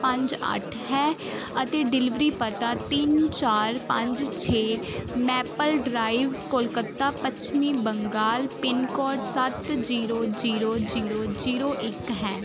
ਪੰਜ ਅੱਠ ਹੈ ਅਤੇ ਡਲੀਵਰੀ ਪਤਾ ਤਿੰਨ ਚਾਰ ਪੰਜ ਛੇ ਮੈਪਲ ਡਰਾਈਵ ਕੋਲਕੱਤਾ ਪੱਛਮੀ ਬੰਗਾਲ ਪਿੰਨ ਕੋਡ ਸੱਤ ਜ਼ੀਰੋ ਜ਼ੀਰੋ ਜ਼ੀਰੋ ਜ਼ੀਰੋ ਇੱਕ ਹੈ